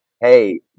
hey